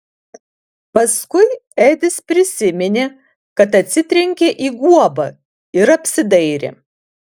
paskui edis prisiminė kad atsitrenkė į guobą ir apsidairė